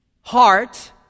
heart